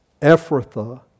Ephrathah